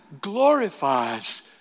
glorifies